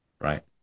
right